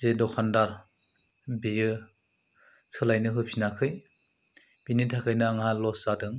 जे दखानदार बेयो सोलायनो होफिनाखै बिनि थाखायनो आंहा लस जादों